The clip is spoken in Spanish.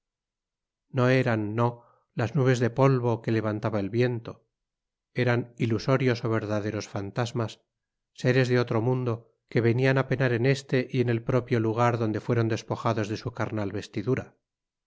no eran no las nubes de polvo que levantaba el viento eran ilusorios o verdaderos fantasmas seres de otro mundo que venían a penar en este y en el propio lugar donde fueron despojados de su carnal vestidura